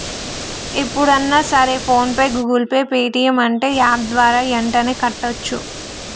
ఎప్పుడన్నా సరే PhonePe Google pay Paytm అంటే యాప్ ద్వారా యెంటనే కట్టోచ్చు